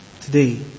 today